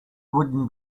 wooden